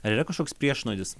ar yra kažkoks priešnuodis